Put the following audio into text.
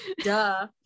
Duh